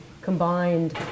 combined